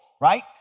right